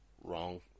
wrong